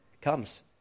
comes